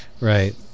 Right